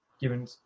given